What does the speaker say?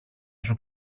σου